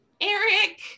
Eric